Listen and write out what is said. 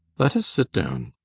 let us sit down.